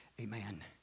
amen